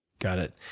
got it.